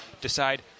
Decide